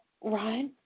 Right